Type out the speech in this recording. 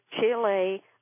Chile